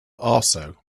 also